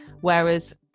whereas